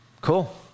Cool